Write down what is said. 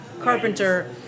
carpenter